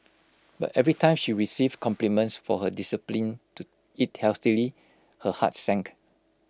but every time she received compliments for her discipline to eat healthily her heart sank